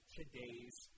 today's